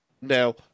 Now